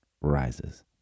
rises